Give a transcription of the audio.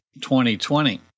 2020